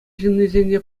ҫыннисене